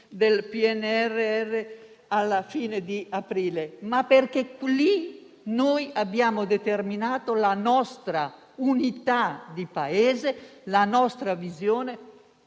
del PNRR alla fine di aprile, ma perché lì abbiamo determinato la nostra unità di Paese e la nostra visione